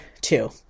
two